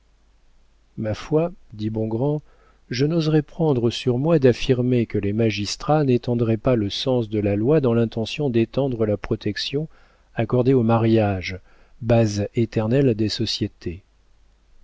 ma foi dit bongrand je n'oserais prendre sur moi d'affirmer que les magistrats n'étendraient pas le sens de la loi dans l'intention d'étendre la protection accordée au mariage base éternelle des sociétés